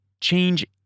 change